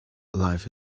life